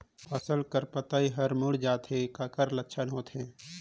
फसल कर पतइ हर मुड़ जाथे काकर लक्षण होथे?